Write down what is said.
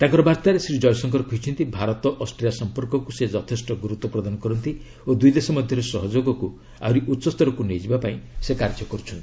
ତାଙ୍କର ବାର୍ତ୍ତାରେ ଶ୍ରୀ ଜୟଶଙ୍କର କହିଛନ୍ତି ଭାରତ ଅଷ୍ଟ୍ରିଆ ସମ୍ପର୍କକୁ ସେ ଯଥେଷ୍ଟ ଗୁରୁତ୍ୱ ପ୍ରଦାନ କରନ୍ତି ଓ ଦୁଇ ଦେଶ ମଧ୍ୟରେ ସହଯୋଗକୁ ଆହୁରି ଉଚ୍ଚସ୍ତରକୁ ନେଇଯିବା ପାଇଁ ସେ କାର୍ଯ୍ୟ କରୁଛନ୍ତି